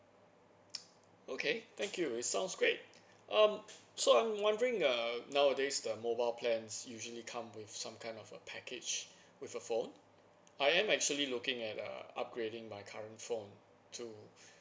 okay thank you it sounds great um so I'm wondering err nowadays the mobile plans usually come with some kind of a package with a phone I am actually looking at uh upgrading my current phone to